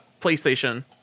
playstation